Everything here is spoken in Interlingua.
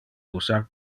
usar